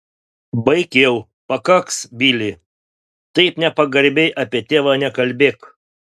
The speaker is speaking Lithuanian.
baik jau pakaks bili taip nepagarbiai apie tėvą nekalbėk